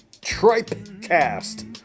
tripe-cast